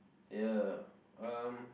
ya um